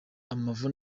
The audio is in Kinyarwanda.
amavu